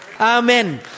amen